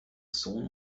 sohn